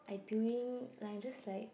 I doing like I just like